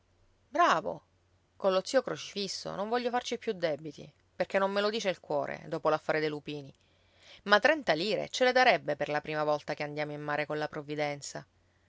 bravo con lo zio crocifisso non voglio farci più debiti perché non me lo dice il cuore dopo l'affare dei lupini ma trenta lire ce le darebbe per la prima volta che andiamo in mare con la provvidenza